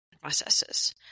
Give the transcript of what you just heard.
processes